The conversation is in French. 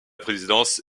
présidence